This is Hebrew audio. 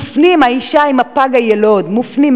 האשה עם הפג היילוד מופנים